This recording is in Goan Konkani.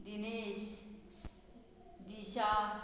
दिनेश दिशा